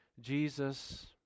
Jesus